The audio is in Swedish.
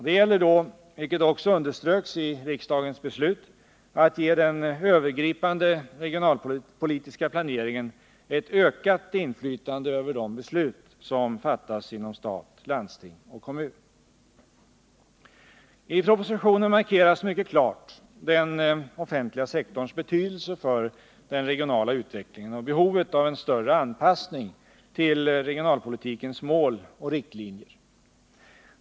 Det gäller då — vilket också underströks i riksdagens beslut — att ge den övergripande regionalpolitiska planeringen ett ökat inflytande över de beslut som fattas inom stat, landsting och kommun. I propositionen markeras mycket klart den offentliga sektorns betydelse för den regionala utvecklingen och behovet av en större anpassning till regionalpolitikens mål och riktlinjer.